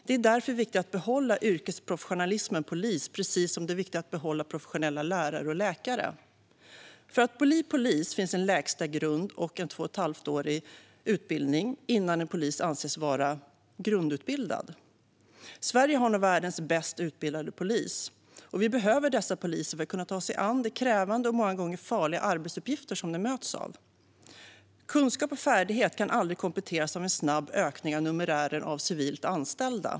Det är därför viktigt att behålla yrkesprofessionalismen för poliser, precis som det är viktigt att behålla professionella lärare och läkare. För att bli polis finns en lägsta grund, och innan en polis anses vara grundutbildad krävs en utbildning på två och ett halvt år. Sverige har nog världens bäst utbildade polis, och vi behöver dessa poliser som kan ta sig an de krävande och många gånger farliga arbetsuppgifter som de möts av. Kunskap och färdighet kan aldrig kompenseras av en snabb ökning av numerären civilt anställda.